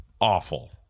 awful